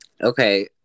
Okay